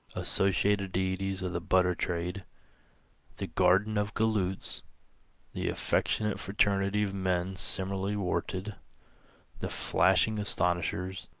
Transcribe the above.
associated deities of the butter trade the garden of galoots the affectionate fraternity of men similarly warted the flashing astonishers